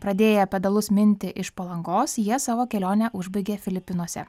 pradėję pedalus minti iš palangos jie savo kelionę užbaigė filipinuose